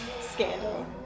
Scandal